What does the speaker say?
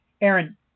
Aaron